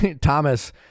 Thomas